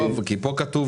הספורט.